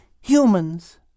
humans